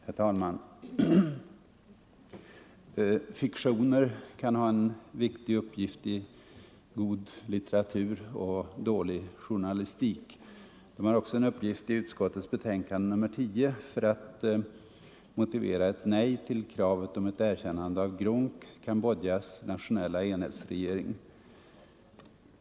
Herr talman! Fiktioner kan ha en viktig uppgift i god litteratur och dålig journalistik. De har också en uppgift i utrikesutskottets betänkande nr 10: att motivera ett nej till kravet om ett erkännande av GRUNC, Cambodjas nationella enhetsregering.